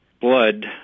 blood